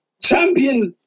champions